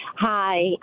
Hi